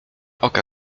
oka